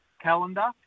calendar